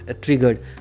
triggered